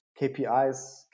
KPIs